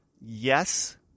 yes